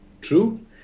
True